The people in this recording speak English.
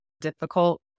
difficult